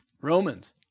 Romans